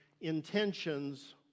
intentions